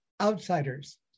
outsiders